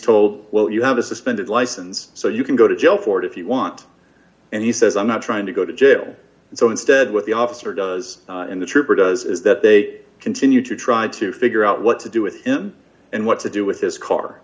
told well you have a suspended license so you can go to jail for it if you want and he says i'm not trying to go to jail so instead what the officer does and the trooper does is that they continue to try to figure out what to do with him and what to do with this car